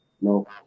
No